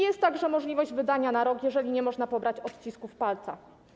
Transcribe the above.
Jest także możliwość wydania na rok, jeżeli nie można pobrać odcisków palca.